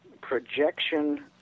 projection